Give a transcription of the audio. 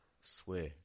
Swear